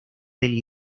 del